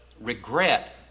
regret